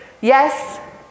yes